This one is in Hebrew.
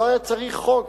לא היה צריך חוק.